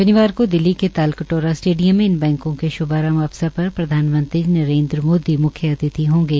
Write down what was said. शहिन को दिल्ली के ताल कटोरा स्टेडियम में इन बैंकों के श्भारंभ अवसर पर प्रधानमंत्री नरेन्द्र मोदी मुख्य अतिथि होंगे